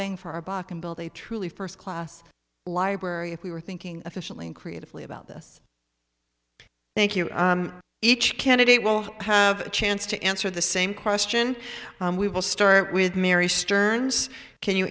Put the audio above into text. bang for our buck and build a truly first class library if we were thinking efficiently and creatively about this thank you each candidate will have a chance to answer the same question we will start with mary stearns can you